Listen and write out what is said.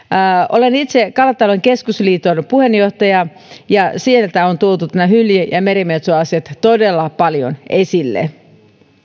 olen itse kalatalouden keskusliiton puheenjohtaja ja siellä on tuotu näitä hylje ja merimetsoasioita todella paljon esille